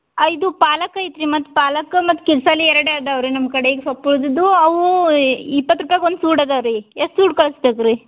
ಆ ಇದು ಪಾಲಾಕ್ ಐತ್ರಿ ಮತ್ತು ಪಾಲಕ್ ಮತ್ತು ಕಿರ್ಸಾಲಿ ಎರಡೆ ಅದಾವ ರೀ ನಮ್ಮ ಕಡೆ ಸೊಪ್ಪು ಅದದ್ದು ಅವೂ ಇಪ್ಪತ್ತು ರುಪಾಯಿಗೆ ಒಂದು ಸೂಡು ಅದಾ ರೀ ಎಷ್ಟು ಸೂಡು ಕಳಿಸ್ಬೇಕ್ ರೀ